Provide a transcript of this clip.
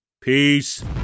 Peace